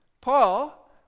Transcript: Paul